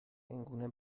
اینگونه